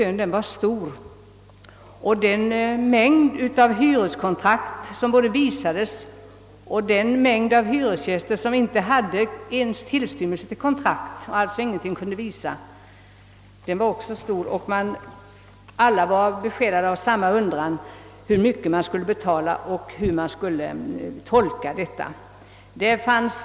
En mängd olika hyreskontrakt visades upp, men det var också en mängd hyresgäster som inte alls hade några hyreskontrakt. Alla hyresgäster hade emellertid det gemensamt, att de undrade hur kommunikén skulle tolkas och hur stor hyreshöjning de skulle få.